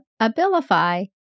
Abilify